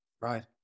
Right